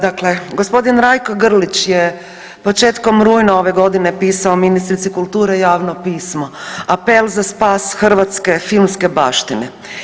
Dakle, g. Rajko Grlić je početkom rujna ove godine pisao ministrici kulture javno pismo, apel za spas hrvatske filmske baštine.